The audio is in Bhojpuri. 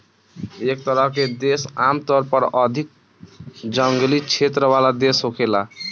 एह तरह के देश आमतौर पर अधिक जंगली क्षेत्र वाला देश होखेला